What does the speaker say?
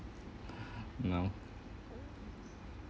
no